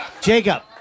Jacob